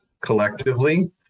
collectively